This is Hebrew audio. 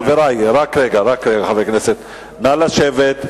חברי, רק רגע, רק רגע, חבר הכנסת, נא לשבת.